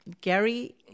Gary